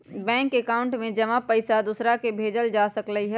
bank account में जमा पईसा दूसरा के भेजल जा सकलई ह